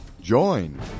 Join